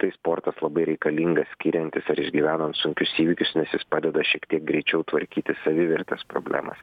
tai sportas labai reikalingas skiriantis ar išgyvenant sunkius įvykius nes jis padeda šiek tiek greičiau tvarkyti savivertės problemas